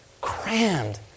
crammed